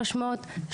300,